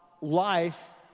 life